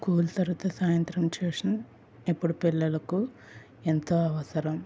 school తరువాత సాయంత్రం tuition ఇప్పుడు పిల్లలకు ఎంతో అవసరం